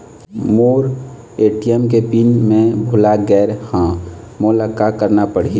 मोर ATM के PIN मैं भुला गैर ह, मोला का करना पढ़ही?